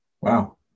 wow